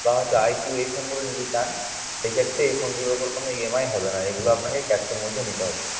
বা হচ্ছে আইকিউ এই ফোনগুলো নিতে চান সেই ক্ষেত্রে এই ফোনগুলোর ওপর কোনো ইএমআই হবে না এইগুলো আপনাকে ক্যাশের মধ্যেই নিতে হবে